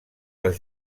les